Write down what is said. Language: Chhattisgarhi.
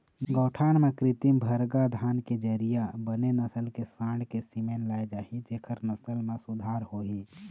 गौठान म कृत्रिम गरभाधान के जरिया बने नसल के सांड़ के सीमेन लाय जाही जेखर नसल म सुधार होही